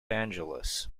angeles